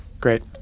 Great